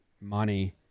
money